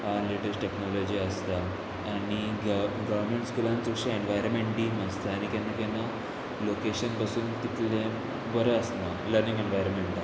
latest technology आसता आनी government स्कुलान चडशे एनवायरमेंटी मसता आनी केन्ना केन्ना लोकेशन पासून तितलें बरें आसना लर्नींग एनवायरमेंटाक